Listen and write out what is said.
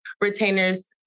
retainers